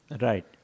Right